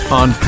on